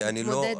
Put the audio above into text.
אני לא,